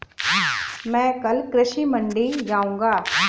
मैं कल कृषि मंडी जाऊँगा